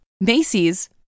Macy's